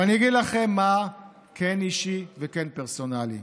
אבל אני אגיד לכם מה כן אישי וכן פרסונלי.